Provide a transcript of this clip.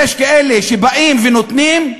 יש כאלה שבאים ונותנים,